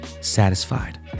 satisfied